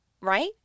right